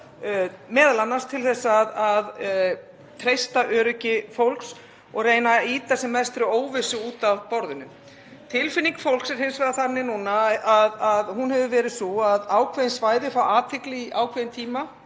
tíma, m.a. til að treysta öryggi fólks og reyna að ýta sem mestri óvissu út af borðinu. Tilfinning fólks er hins vegar þannig núna og hefur verið sú að ákveðin svæði fái athygli í ákveðinn tíma,